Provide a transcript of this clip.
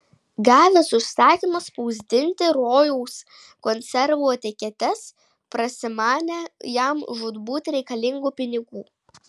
gavęs užsakymą spausdinti rojaus konservų etiketes prasimanė jam žūtbūt reikalingų pinigų